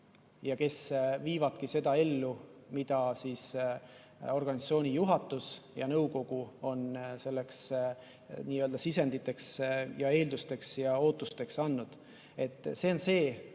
ja kes viivadki seda ellu, mida organisatsiooni juhatus ja nõukogu on nii-öelda sisenditeks ja eeldusteks ja ootusteks andnud. See on see,